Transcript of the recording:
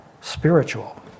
spiritual